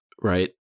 right